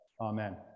Amen